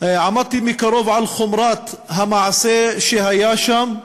עמדתי מקרוב על חומרת המעשה שהיה שם.